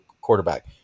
quarterback